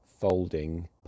folding